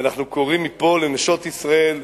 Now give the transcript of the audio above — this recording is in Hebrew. ואנחנו קוראים מפה לנשות ישראל: